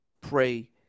Pray